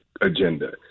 agenda